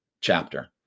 chapter